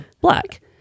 black